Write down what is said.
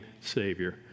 savior